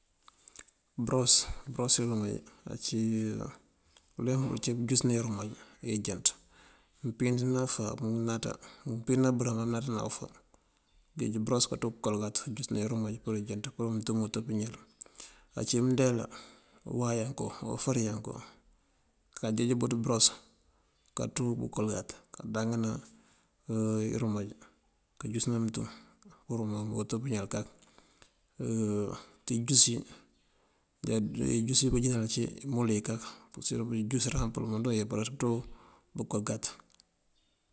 Bëros, bëros irúmaj ací uleemp wël cíwun kajúsëna irúmaj tee injënţ. Këmpíinţëna bëfá amënaţa, mëmpíinţëna bërëm amënaţa bëfá kënjeej bëros kanţú kolëngat kanjúsëna irúmaj pur injënţ pur muntum pëwët pëñal. Ocí mëndeela o wayanku, ofëriyanku kanjeej bëţ bëros kanţú kolëngat kandáaŋëna irúmaj, kanjúsëna muntum pur pëwët pëñal kak. Ţí injúsi, injúsi banjínal ací imul yí kak, mpursir pëjusaran pul imënţ yun yeempariţ pënţú pënkolëgat.